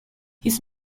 his